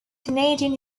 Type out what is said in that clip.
canadian